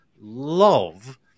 love